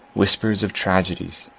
whispers of tragedies,